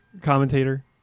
commentator